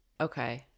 okay